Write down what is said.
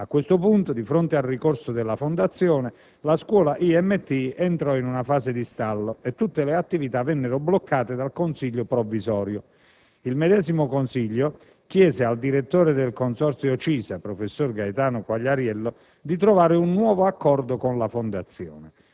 A questo punto, di fronte al ricorso della fondazione FLAFR, la Scuola IMT entra in una fase di stallo e tutte le attività vengono bloccate dal Consiglio Provvisorio dell'IMT. Il medesimo Consiglio chiede al direttore del consorzio CISA, professor Gaetano Quagliariello, di trovare un nuovo accordo con la Fondazione,